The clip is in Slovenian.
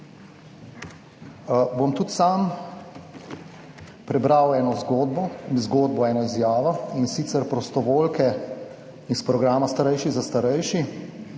Bom tudi sam prebral eno zgodbo, zgodbo, eno izjavo in sicer prostovoljke iz programa Starejši za starejše.